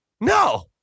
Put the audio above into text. no